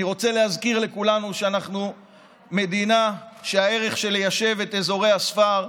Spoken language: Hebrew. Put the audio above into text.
אני רוצה להזכיר לכולנו שאנחנו מדינה שבה הערך של ליישב את אזורי הספר,